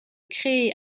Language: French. créer